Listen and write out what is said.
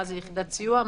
מה זה יחידת סיוע,